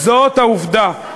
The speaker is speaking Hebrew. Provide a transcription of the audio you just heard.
זאת העובדה.